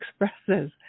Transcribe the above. expresses